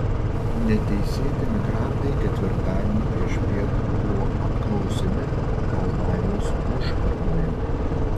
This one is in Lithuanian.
neteisėti migrantai ketvirtadienį priešpiet buvo apklausiami kalvarijos užkardoje